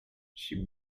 she